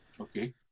Okay